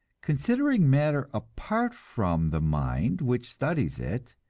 considering matter apart from the mind which studies it,